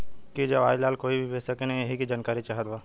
की जवाहिर लाल कोई के भेज सकने यही की जानकारी चाहते बा?